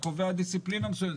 אתה קובע דיסציפלינה מסוימת.